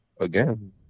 again